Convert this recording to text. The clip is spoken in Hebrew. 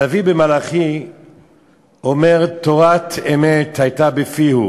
הנביא במלאכי אומר: "תורת אמת היתה בפיהו